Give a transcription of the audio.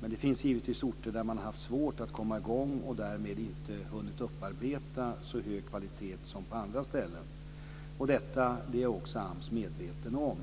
Men det finns också givetvis orter där man har haft svårt att komma i gång och därmed inte har hunnit upparbeta så hög kvalitet som på andra ställen. Detta är också AMS medvetet om.